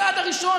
הצעד הראשון,